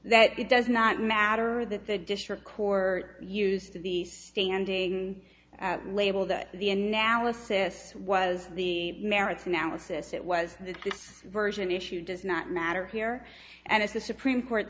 that it does not matter that the district court used to be standing label that the analysis was the merits analysis it was that this version issue does not matter here and as the supreme court